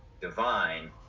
divine